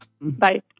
Bye